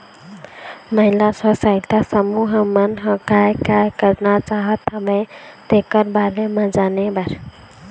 महिला स्व सहायता समूह मन ह काय काय करना चाहत हवय तेखर बारे म जाने बर